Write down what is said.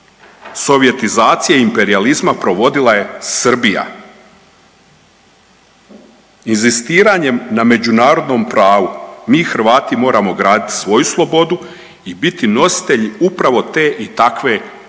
sovjetizacije i imperijalizma provodila je Srbija. Inzistiranjem na međunarodnom pravu mi Hrvati moramo graditi svoju slobodu i biti nositelj upravo te i takve politike,